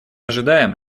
ожидаем